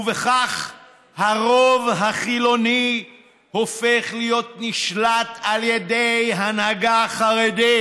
ובכך הרוב החילוני הופך להיות נשלט על ידי הנהגה חרדית.